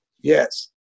Yes